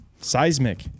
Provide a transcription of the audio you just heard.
Seismic